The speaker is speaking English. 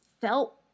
felt